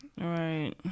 Right